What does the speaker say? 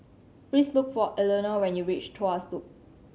please look for Elenore when you reach Tuas Loop